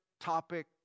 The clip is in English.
topic